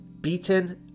beaten